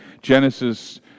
Genesis